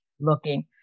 looking